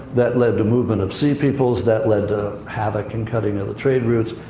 that led to movement of sea peoples, that led to have a con-cutting of the trade routes,